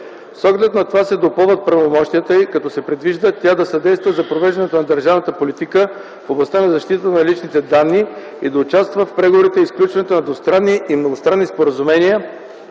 С оглед на това се допълват правомощията й, като се предвижда тя да съдейства за провеждането на държавната политика в областта на защитата на личните данни и да участва в преговорите и сключването на двустранни и многостранни споразумения